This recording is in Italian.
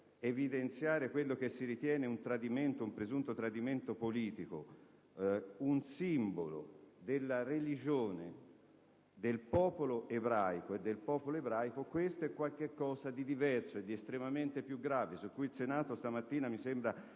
evidenziare quello che si ritiene un tradimento, un presunto tradimento politico, un simbolo della religione del popolo ebraico è qualcosa di diverso e di estremamente più grave, su cui il Senato stamattina mi sembra